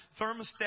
thermostat